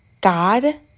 God